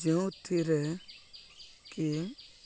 ଯେଉଁଥିରେ କି